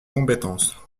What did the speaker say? compétence